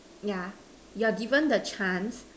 yeah you are give the chance